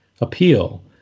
appeal